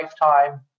lifetime